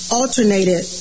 alternated